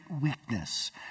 weakness